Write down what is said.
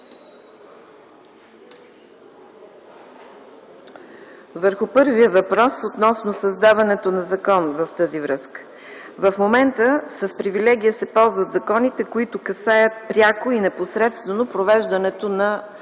Върху първия въпрос – относно създаването на закон. В момента с привилегия се ползват законите, които касаят пряко и непосредствено провеждането на здравната